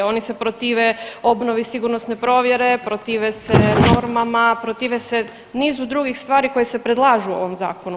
Oni se protive obnovi sigurnosne provjere, protive se normama, protive se nizu drugih stvari koje se predlažu u ovom zakonu.